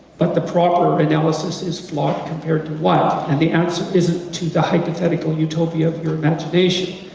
but the proper analysis is flawed compared to what? and the answer isn't to the hypothetical utopia of your imagination,